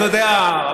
אתה יודע,